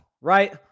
right